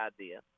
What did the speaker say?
idea